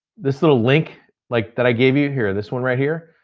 this little link like that i gave you here, this one right here.